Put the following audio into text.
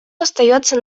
остается